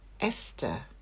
Esther